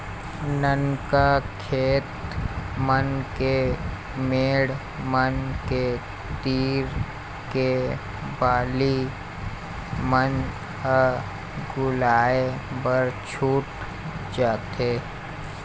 ननका खेत मन के मेड़ मन के तीर के बाली मन ह लुवाए बर छूट जाथे